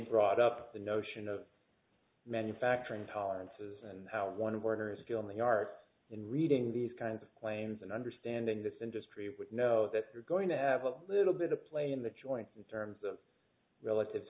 brought up the notion of manufacturing tolerances and how one worker is still in the arts in reading these kinds of claims and understanding this industry would know that they're going to have a little bit a play in the joints in terms of relative